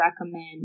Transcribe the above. recommend